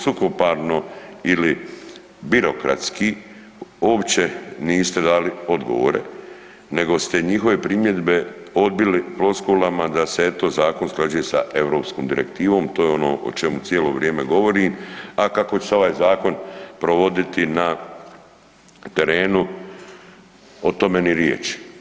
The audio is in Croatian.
Suhoparno ili birokratski uopće niste dali odgovore nego ste njihove primjedbe odbili floskulama da se eto zakon usklađuje sa europskom direktivom i to je ono o čemu cijelo vrijeme govorim, a kako će se ovaj zakon provoditi na terenu o tome ni riječi.